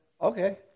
Okay